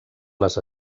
les